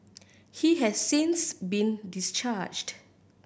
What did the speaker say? he has since been discharged